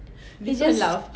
he just